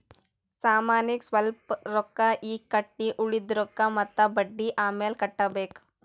ಸಾಮಾನಿಗ್ ಸ್ವಲ್ಪ್ ರೊಕ್ಕಾ ಈಗ್ ಕಟ್ಟಿ ಉಳ್ದಿದ್ ರೊಕ್ಕಾ ಮತ್ತ ಬಡ್ಡಿ ಅಮ್ಯಾಲ್ ಕಟ್ಟಬೇಕ್